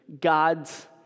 God's